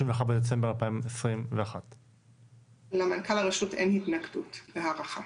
בדצמבר 2021. למנכ"ל הרשות אין התנגדות להארכה.